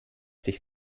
sich